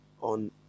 on